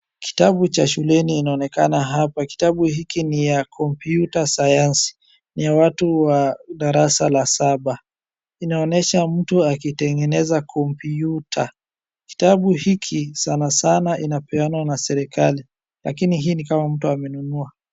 Kitabu cha shuleni inaonekana hapa. Kitabu hiki ni ya kompyuta sayansi. Ni ya watu wa darasa la saba. Inaonyesha mtu akitengeneza kompyuta. Kitabu hiki sana sana inapeanwa na serikali, lakini hii ni kama mtu amenunua.